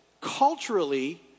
Culturally